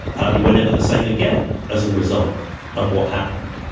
and we're never the same again as a result of what happened.